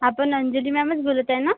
आपण अंजली मॅमच बोलत आहे नं